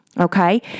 okay